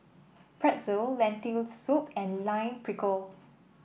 Pretzel Lentil Soup and Lime Pickle